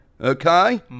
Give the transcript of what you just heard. okay